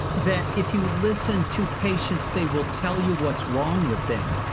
that if you listen to patients, they will tell you what's wrong with them.